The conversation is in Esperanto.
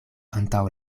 antaŭ